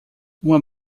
uma